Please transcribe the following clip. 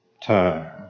time